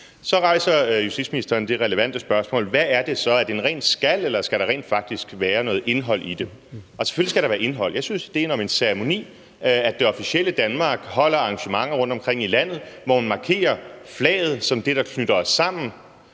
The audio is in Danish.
til side. Justitsministeren rejser så det relevante spørgsmål: Hvad er det så? Er det en ren skal, eller skal der rent faktisk være noget indhold i det? Selvfølgelig skal der være indhold. Jeg synes, ideen om en ceremoni – at det officielle Danmark holder arrangementer rundtomkring i landet, hvor man markerer flaget som det, der knytter os sammen